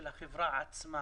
של החברה עצמה,